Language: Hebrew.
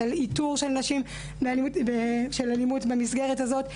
על איתור של נשים באלימות במסגרת הזאת.